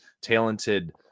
talented